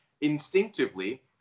instinctively